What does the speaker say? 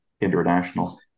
International